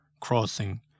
crossing